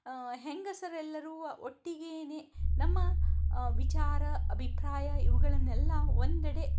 ಹೆಂಗಸರೆಲ್ಲರೂ ಒಟ್ಟಿಗೇ ನಮ್ಮ ವಿಚಾರ ಅಭಿಪ್ರಾಯ ಇವುಗಳನ್ನೆಲ್ಲ ಒಂದೆಡೆ